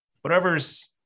Whatever's